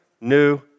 new